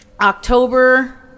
October